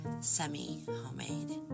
Semi-homemade